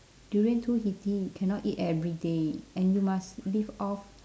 durian too heaty cannot eat every day and you must live off